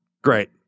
Great